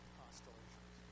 constellations